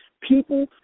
people